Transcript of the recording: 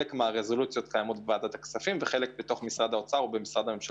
חלק מהרזולוציות קיימות שם וחלק במשרד האוצר.